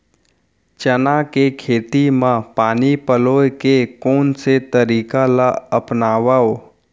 चना के खेती म पानी पलोय के कोन से तरीका ला अपनावव?